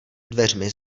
dveřmi